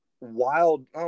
wild